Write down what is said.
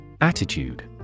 Attitude